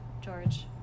george